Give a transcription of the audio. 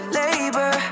labor